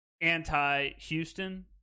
anti-Houston